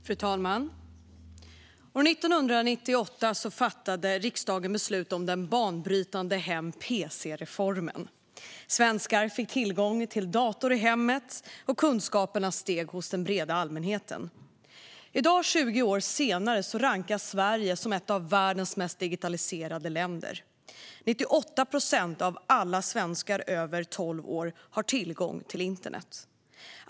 Fru talman! År 1998 fattade riksdagen beslut om den banbrytande hem-pc-reformen. Svenskar fick tillgång till dator i hemmet, och kunskaperna steg hos den breda allmänheten. I dag, 20 år senare, rankas Sverige som ett av världens mest digitaliserade länder. 98 procent av alla svenskar över tolv år har tillgång till internet.